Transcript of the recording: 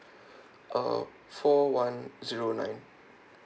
uh four one zero nine